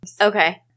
Okay